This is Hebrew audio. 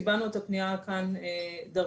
קיבלנו רק את הפניה כאן דרככם.